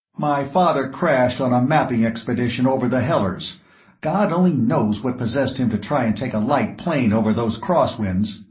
my father crashed on a mapping expedition over the hellers god only knows what possessed him to try and take a light plane over those crosswinds.